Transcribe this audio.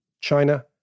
China